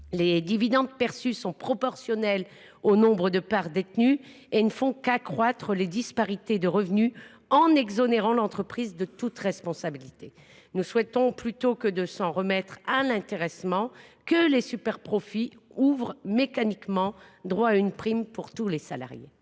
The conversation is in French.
Les dividendes perçus sont proportionnels au nombre de parts détenues et ne font qu’accroître les disparités de revenus en exonérant l’entreprise de toute responsabilité. Plutôt que de s’en remettre à l’intéressement, nous souhaitons que les superprofits ouvrent mécaniquement droit à une prime pour tous les salariés.